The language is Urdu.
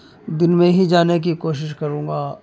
دن میں ہی جانے کی کوشش کروں گا